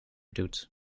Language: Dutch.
doet